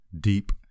deep